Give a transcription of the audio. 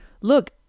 look